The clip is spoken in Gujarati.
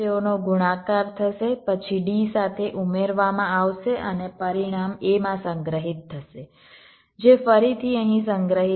તેઓનો ગુણાકાર થશે પછી d સાથે ઉમેરવામાં આવશે અને પરિણામ a માં સંગ્રહિત થશે જે ફરીથી અહીં સંગ્રહિત થશે